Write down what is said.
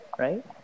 right